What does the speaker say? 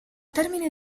termine